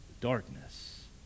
darkness